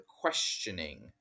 questioning